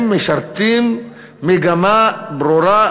הם משרתים מגמה ברורה,